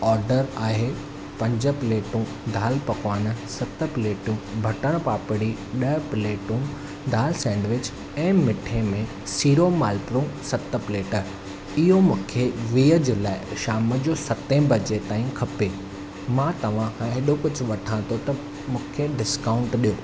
order आहे पंज प्लेटूं दाल पकवान सत प्लेटूं भटर पापड़ी ॾह प्लेटूं दाल सैंडविच ऐं मिठे में सीरो मालपुड़ो सत प्लेट इहो मूंखे वीह जुलाए शाम जो सते बजे ताईं खपे मां तव्हां खां हेॾो कुछ वठां थो त मूंखे ॾिस्काउंट ॾियो